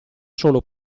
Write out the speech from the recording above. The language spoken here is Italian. solo